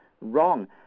wrong